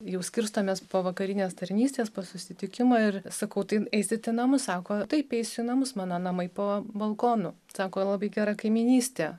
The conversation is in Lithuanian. jau skirstomės po vakarinės tarnystės po susitikimo ir sakau tai eisit į namus sako taip eisiu į namus mano namai po balkonu sako labai gera kaimynystė